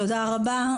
תודה רבה.